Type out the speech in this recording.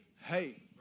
Hey